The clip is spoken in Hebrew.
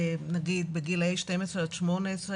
נגיד בגילי 12 עד 18,